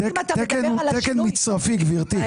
זה תקן מצרפי, גברתי.